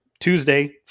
Tuesday